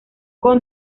con